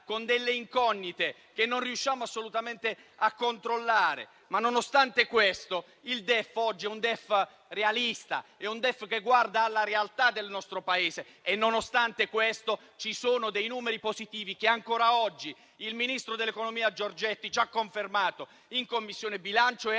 con delle incognite che non riusciamo assolutamente a controllare. Nonostante questo, il DEF è un documento realista, che guarda alla realtà del nostro Paese. Nonostante questo, ci sono dei numeri positivi che ancora oggi il ministro dell'economia Giorgetti ci ha confermato in Commissione bilancio.